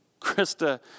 Krista